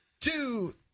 two